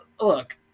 look